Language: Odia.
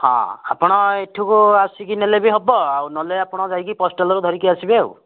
ହଁ ଆପଣ ଏଠିକୁ ଆସିକି ନେଲେ ବି ହବ ଆଉ ନହଲେ ଆପଣ ଯାଇକି ପୋଷ୍ଟାଲରୁ ଧରିକି ଆସିବେ ଆଉ